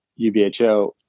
UBHO